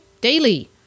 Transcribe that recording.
Daily